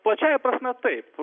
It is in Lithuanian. plačiąja prasme taip